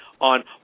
on